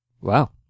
Wow